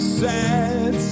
sad